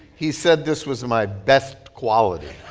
he said this was my best quality